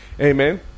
Amen